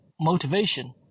motivation